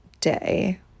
day